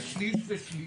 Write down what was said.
שני שליש ושליש.